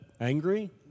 angry